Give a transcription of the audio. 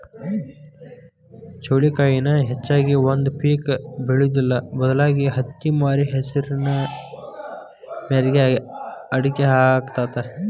ಚೌಳಿಕಾಯಿನ ಹೆಚ್ಚಾಗಿ ಒಂದ ಪಿಕ್ ಮಾಡುದಿಲ್ಲಾ ಬದಲಾಗಿ ಹತ್ತಿಮ್ಯಾರಿ ಹೆಸರಿನ ಮ್ಯಾರಿಗೆ ಅಕ್ಡಿ ಹಾಕತಾತ